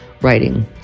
writing